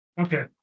Okay